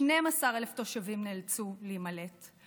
ו-12,000 תושבים נאלצו להימלט;